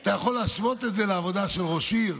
אתה יכול להשוות את זה לעבודה של ראש עיר?